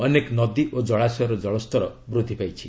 ଅନେକ ନଦୀ ଓ ଜଳାଶୟର ଜଳସ୍ତର ବୃଦ୍ଧି ପାଇଛି